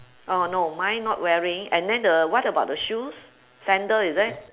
oh no mine not wearing and then the what about the shoes sandal is it